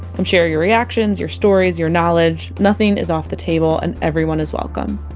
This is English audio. come share your reactions, your stories, your knowledge. nothing is off the table, and everyone is welcome